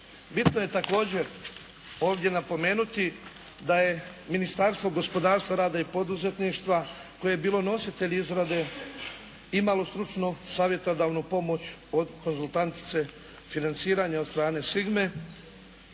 Bitno je također ovdje napomenuti da je Ministarstvo gospodarstva, rada i poduzetništva koje je bilo nositelj izrade imalo stručnu savjetodavnu pomoć od konzultantice financiranja od strane Sigme